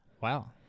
Wow